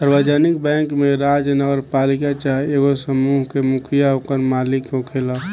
सार्वजानिक बैंक में राज्य, नगरपालिका चाहे एगो समूह के मुखिया ओकर मालिक होखेला